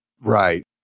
Right